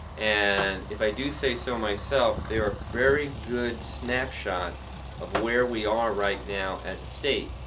and if i do say so myself, they are very good snapshots of where we are right now as a state,